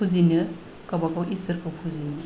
फुजिनो गावबा गाव इसोरखौ फुजिनो